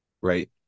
right